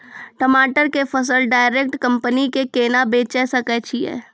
टमाटर के फसल डायरेक्ट कंपनी के केना बेचे सकय छियै?